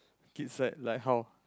kids like like how